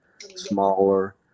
smaller